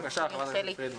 בבקשה, חברת הכנסת פרימן.